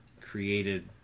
created